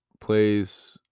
plays